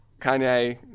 Kanye